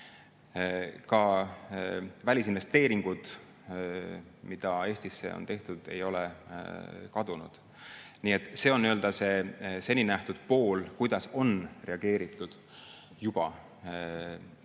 Ka välisinvesteeringud, mida Eestisse on tehtud, ei ole kadunud. Nii et see on seni nähtud pool, kuidas on juba reageeritud. Aga kas